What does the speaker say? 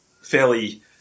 fairly